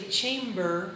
chamber